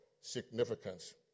significance